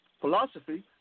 philosophy